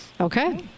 Okay